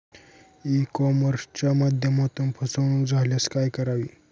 E कॉमर्सच्या माध्यमातून फसवणूक झाल्यास काय करावे?